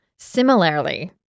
Similarly